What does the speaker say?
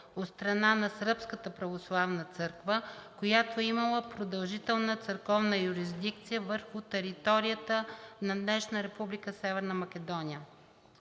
от страна на Сръбската православна църква, която е имала продължителна църковна юрисдикция върху територията на днешна Република Северна Македония.